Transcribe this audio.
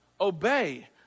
Obey